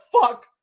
fuck